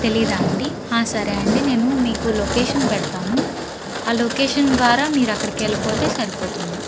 తెలీదా అండీ సరే అండి నేను మీకు లొకేషన్ పెడతాను ఆ లొకేషన్ ద్వారా మీరు అక్కడికి వెళ్ళిపోతే సరిపోతుంది